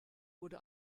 wurde